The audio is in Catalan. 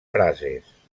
frases